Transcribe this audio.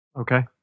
Okay